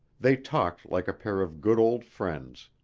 they talked like a pair of good old friends.